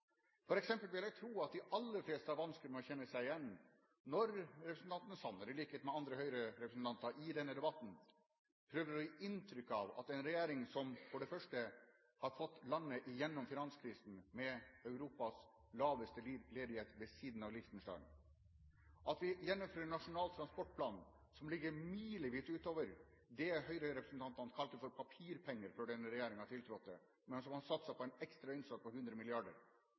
vil jeg tro at de aller fleste har vanskelig med å kjenne seg igjen når representanten Sanner, i likhet med andre Høyre-representanter i denne debatten, prøver å gi ufordelaktig inntrykk av en regjering som for det første har fått landet gjennom finanskrisen – med Europas laveste ledighet, ved siden Liechtenstein – som gjennomfører Nasjonal transportplan, som ligger milevis utover det Høyre-representantene kalte for papirpenger, før denne regjeringen tiltrådte, men som har satset på en ekstra innsats på 100